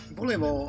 volevo